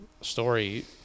story